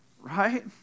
Right